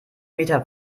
meter